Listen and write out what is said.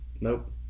nope